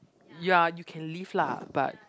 ya you can leave lah but